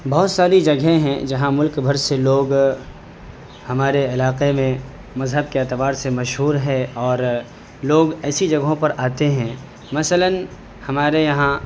بہت ساری جگہیں ہیں جہاں ملک بھر سے لوگ ہمارے علاقے میں مذہب کے اعتبار سے مشہور ہے اور لوگ ایسی جگہوں پر آتے ہیں مثلاً ہمارے یہاں